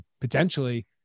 potentially